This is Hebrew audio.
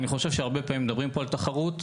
אני חושב שהרבה פעמים מדברים פה על תחרות,